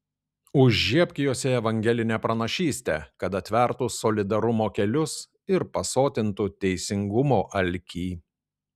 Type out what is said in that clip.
užžiebk juose evangelinę pranašystę kad atvertų solidarumo kelius ir pasotintų teisingumo alkį